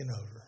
over